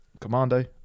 commando